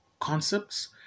concepts